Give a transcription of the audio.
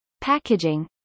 packaging